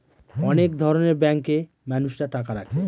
অনেক ধরনের ব্যাঙ্কে মানুষরা টাকা রাখে